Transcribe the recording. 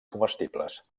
comestibles